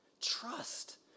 Trust